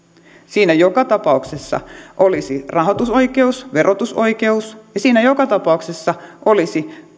siinä joka tapauksessa olisi rahoitusoikeus verotusoikeus ja siinä joka tapauksessa olisi